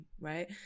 right